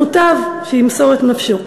מוטב שימסור את נפשו.